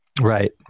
Right